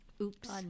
Oops